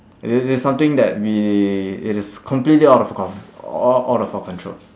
the~ there's nothing that we it is completely out of con~ o~ out of our control